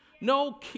no